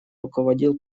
руководил